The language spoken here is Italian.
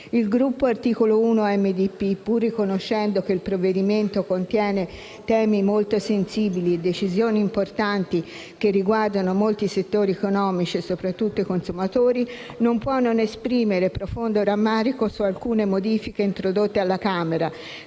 Il Gruppo Art. 1-MDP, pur riconoscendo che il provvedimento contiene temi molto sensibili e decisioni importanti che riguardano molti settori economici, e soprattutto i consumatori, non può non esprimere profondo rammarico su alcune modifiche introdotte alla Camera,